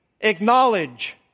acknowledge